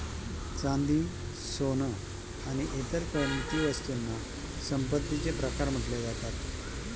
चांदी, सोन आणि इतर किंमती वस्तूंना संपत्तीचे प्रकार म्हटले जातात